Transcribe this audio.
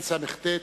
תשס"ט,